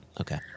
Okay